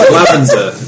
Lavender